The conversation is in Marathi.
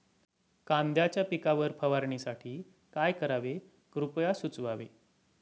कांद्यांच्या पिकावर फवारणीसाठी काय करावे कृपया सुचवावे